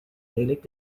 lelijk